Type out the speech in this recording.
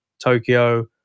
Tokyo